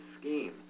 scheme